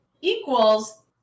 equals